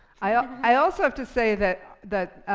i ah i also have to say that that